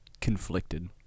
conflicted